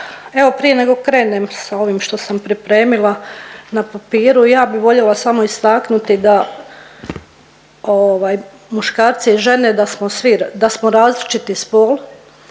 Evo prije nego krenem sa ovim što sam pripremila na papiru, ja bi voljela samo istaknuti da muškarci i žene da smo svi, da smo